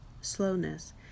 slowness